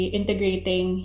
integrating